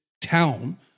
town